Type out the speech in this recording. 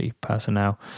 personnel